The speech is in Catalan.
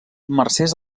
mercès